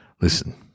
Listen